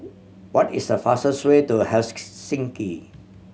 what is the fastest way to